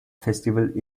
festival